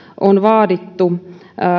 on vaadittu